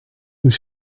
nous